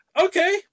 okay